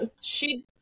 She-